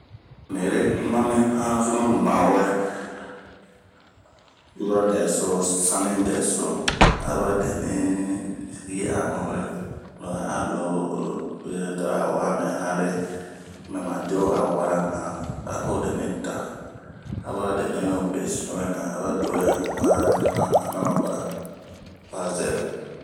Ni'ere ma mi hanzunu mawɛ yura dɛso, sani dɛso aba dɛni yi'a mawɛ, lo oa mɛ han dɛ, lomɛ ma de'o a wara un han, a ho dɛnɛ taa, aba sowɛ awara mi hana ma bara fa zɛrɛ.